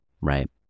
right